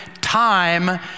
time